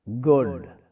good